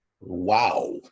Wow